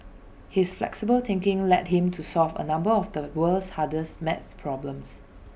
his flexible thinking led him to solve A number of the world's hardest math problems